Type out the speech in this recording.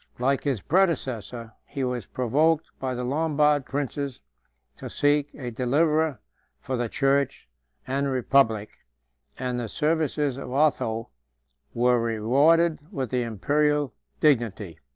like his predecessor, he was provoked by the lombard princes to seek a deliverer for the church and republic and the services of otho were rewarded with the imperial dignity.